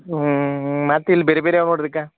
ಹ್ಞೂ ಮತ್ತು ಇಲ್ಲಿ ಬೇರೆ ಬೇರೆ ಅವ ನೋಡ್ರಿಕ